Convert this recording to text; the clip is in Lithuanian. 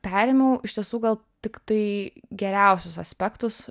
perėmiau iš tiesų gal tiktai geriausius aspektus